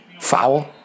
Foul